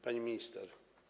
Pani Minister!